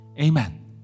Amen